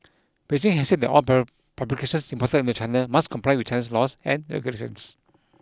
Beijing has said that all publications imported into China must comply with Chinese laws and regulations